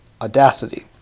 Audacity